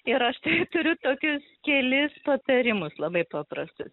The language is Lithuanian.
ir aš tai turiu kelis patarimus labai paprastus